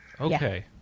Okay